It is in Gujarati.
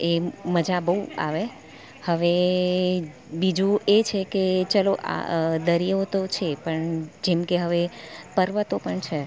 એ મજા બહુ આવે હવે બીજું એ છે કે ચલો આ દરિયો તો છે પણ જેમકે હવે પર્વતો પણ છે